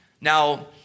Now